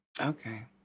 Okay